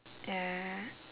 yeah